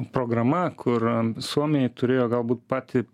programa kur suomiai turėjo galbūt patį